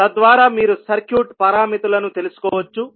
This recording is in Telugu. తద్వారా మీరు సర్క్యూట్ పారామితులను తెలుసుకోవచ్చు